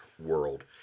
world